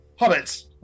Hobbits